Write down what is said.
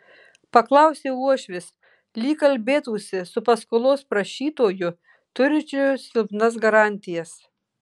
paklausė uošvis lyg kalbėtųsi su paskolos prašytoju turinčiu silpnas garantijas